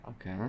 Okay